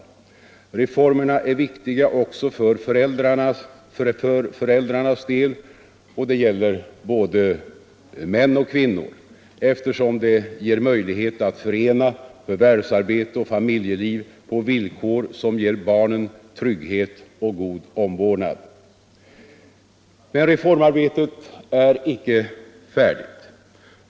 Reformerna är viktiga också för föräldrarnas del — och det gäller både män och kvinnor — eftersom de ger möjlighet att förena förvärvsarbete och familjeliv på villkor som ger barnen trygghet och god omvårdnad. Men reformarbetet är inte färdigt.